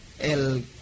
el